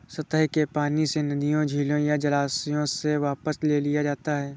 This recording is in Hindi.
सतह के पानी से नदियों झीलों या जलाशयों से वापस ले लिया जाता है